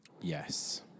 Yes